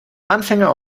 anfänger